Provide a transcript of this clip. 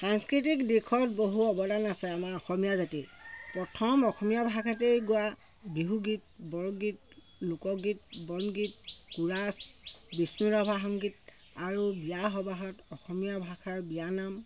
সাংস্কৃতিক দিশত বহু অৱদান আছে আমাৰ অসমীয়া জাতিৰ প্ৰথম অসমীয়া ভাষাতেই গোৱা বিহুগীত বৰগীত লোকগীত বনগীত কোৰাচ বিষ্ণুৰাভা সংগীত আৰু বিয়া সবাহত অসমীয়া ভাষাৰ বিয়ানাম